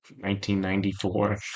1994